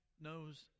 knows